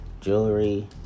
jewelry